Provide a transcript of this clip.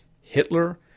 Hitler